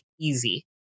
easy